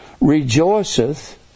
rejoiceth